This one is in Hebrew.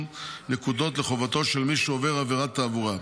נקודות לחובתו של מי שעובר עבירת תעבורה,